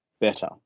better